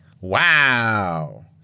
Wow